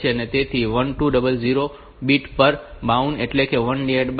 તેથી 1200 બીટ પર એક બાઉડ એટલે 11200 0